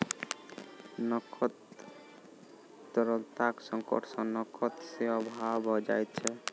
नकद तरलताक संकट सॅ नकद के अभाव भ जाइत छै